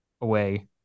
away